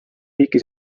riiki